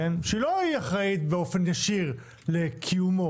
שהיא לא אחראית באופן ישיר לקיומו,